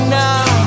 now